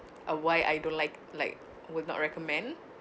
a why I don't like like will not recommend